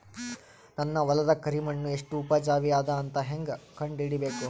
ನನ್ನ ಹೊಲದ ಕರಿ ಮಣ್ಣು ಎಷ್ಟು ಉಪಜಾವಿ ಅದ ಅಂತ ಹೇಂಗ ಕಂಡ ಹಿಡಿಬೇಕು?